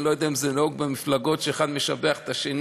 אני לא יודע אם זה נהוג במפלגות שאחד משבח את השני,